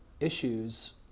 issues